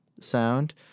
sound